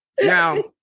Now